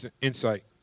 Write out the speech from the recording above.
insight